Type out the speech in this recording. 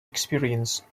experience